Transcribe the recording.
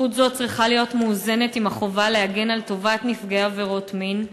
זכות זו צריכה להיות מאוזנת עם החובה להגן על טובת נפגעי עבירות מין,